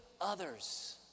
others